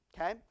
okay